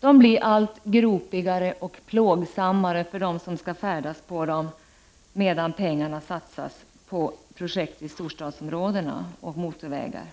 De blir allt gropigare och plågsammare för dem som skall färdas på dem, medan pengarna satsas på projekt i storstadsområden och på motorvägar.